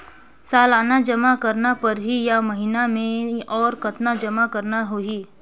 सालाना जमा करना परही या महीना मे और कतना जमा करना होहि?